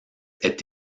est